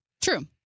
True